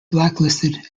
blacklisted